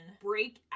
break